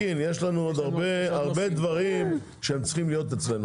יש הרבה דברים שהם צריכים לבוא אלינו.